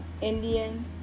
Indian